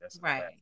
Right